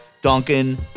Duncan